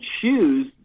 choose